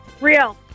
Real